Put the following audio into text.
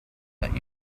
that